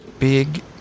big